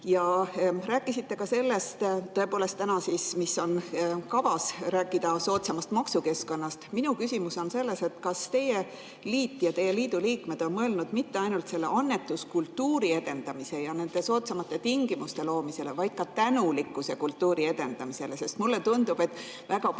Rääkisite ka sellest, tõepoolest, mis on kavas: rääkida soodsamast maksukeskkonnast. Minu küsimus on selles, kas teie liit ja teie liidu liikmed on mõelnud mitte ainult selle annetuskultuuri edendamisele ja soodsamate tingimuste loomisele, vaid ka tänulikkuse kultuuri edendamisele, sest mulle tundub, et väga paljuski